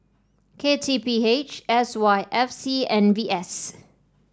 K T P H S Y F C and V S